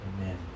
Amen